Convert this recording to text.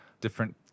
different